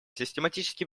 систематически